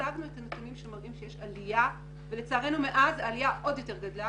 שהצגנו נתונים שמראים שיש עלייה ולצערנו מאז העלייה גדלה.